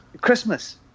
Christmas